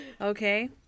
Okay